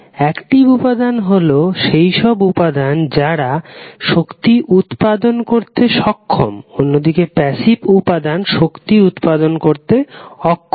active উপাদান হল সেইসব উপাদান যারা শক্তি উৎপাদন করতে সক্ষম অন্যদিকে প্যাসিভ উপাদান শক্তি উৎপাদন করতে অক্ষম